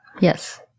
Yes